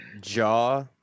jaw